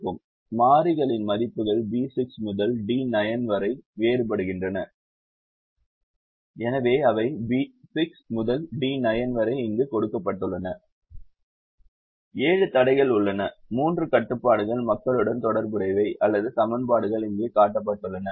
மாறிகளின் மதிப்புகள் B6 முதல் D9 வரை வேறுபடுகின்றன எனவே அவை B6 முதல் D9 வரை இங்கு கொடுக்கப்பட்டுள்ளன ஏழு தடைகள் உள்ளன மூன்று கட்டுப்பாடுகள் மக்களுடன் தொடர்புடையவை அல்லது சமன்பாடுகள் இங்கே காட்டப்பட்டுள்ளன